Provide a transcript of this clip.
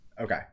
Okay